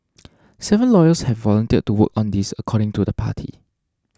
seven lawyers have volunteered to work on this according to the party